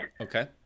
Okay